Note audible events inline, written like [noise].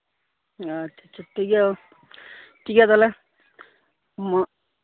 ᱟᱪᱪᱷᱟ ᱴᱷᱤᱠ ᱜᱮᱭᱟ ᱴᱷᱤᱠ ᱜᱮᱭᱟ ᱛᱟᱦᱚᱞᱮ [unintelligible]